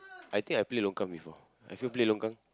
I think I play longkang before have you play longkang